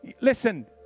Listen